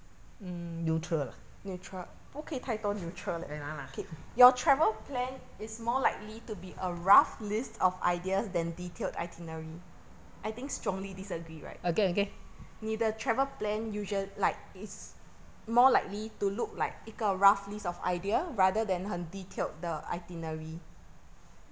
mm netural lah ya lah again again